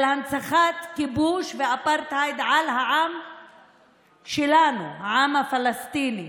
הנצחת כיבוש ואפרטהייד על העם שלנו, העם הפלסטיני.